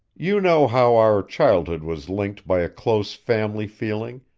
you know how our childhood was linked by a close family feeling,